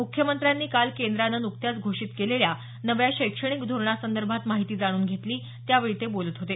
मुख्यमंत्र्यांनी काल केंद्राने नुकत्याच घोषित केलेल्या नव्या शैक्षणिक धोरणासंदर्भात माहिती जाणून घेतली त्यावेळी ते बोलत होते